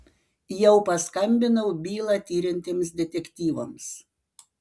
jau paskambinau bylą tiriantiems detektyvams